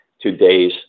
today's